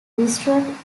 restaurant